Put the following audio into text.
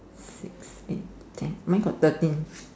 six eight ten mine got thirteen